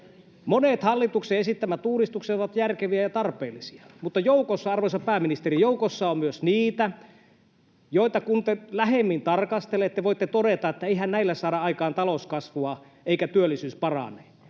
Monet hallituksen esittämät uudistukset ovat järkeviä ja tarpeellisia, mutta joukossa, arvoisa pääministeri, on myös niitä, joita kun te lähemmin tarkastelette, voitte todeta, että eihän näillä saada aikaan talouskasvua eikä työllisyys parane.